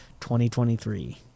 2023